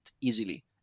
easily